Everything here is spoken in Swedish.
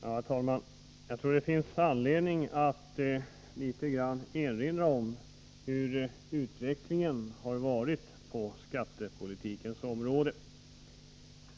Herr talman! Jag tror att det finns anledning att erinra litet grand om hur utvecklingen har varit på skattepolitikens område.